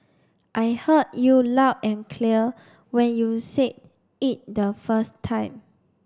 I heard you loud and clear when you said it the first time